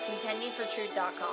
contendingfortruth.com